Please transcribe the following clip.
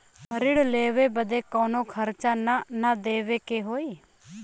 ऋण लेवे बदे कउनो खर्चा ना न देवे के होई?